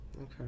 Okay